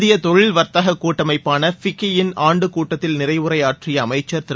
இந்திய தொழில் வர்த்தக கூட்டமைப்பான ஃபிக்கியின் ஆண்டுக் கூட்டத்தில் நிறைவுரையாற்றிய அமைச்சர் திரு